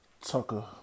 Tucker